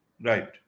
Right